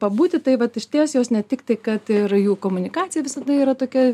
pabūti tai vat ties jos ne tik tai kad ir jų komunikacija visada yra tokia